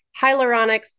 hyaluronic